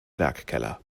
werkkeller